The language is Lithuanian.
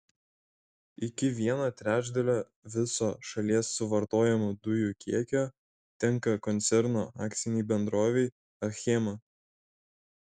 iki vieno trečdalio viso šalies suvartojamų dujų kiekio tenka koncerno akcinei bendrovei achema